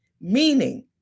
meaning